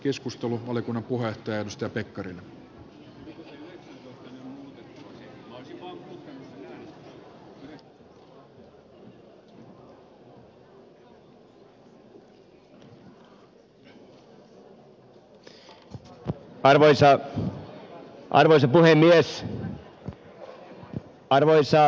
iskusta vai oliko hän puheyhteys jos arvoisa